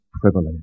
privilege